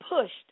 pushed